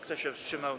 Kto się wstrzymał?